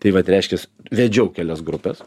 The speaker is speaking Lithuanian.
tai vat reiškias vedžiau kelias grupes